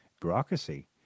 bureaucracy